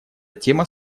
тема